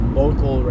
local